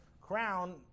Crown